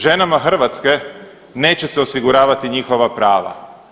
Ženama Hrvatske neće se osiguravati njihova prava.